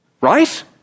Right